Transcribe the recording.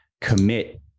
commit